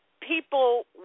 people